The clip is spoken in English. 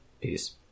Peace